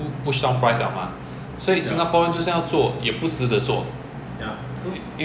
the customs want to stop us and tax us for everything already the tools and all they will tax us